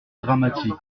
dramatique